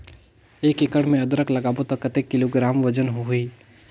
एक एकड़ मे अदरक लगाबो त कतेक किलोग्राम वजन होही?